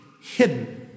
hidden